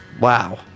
Wow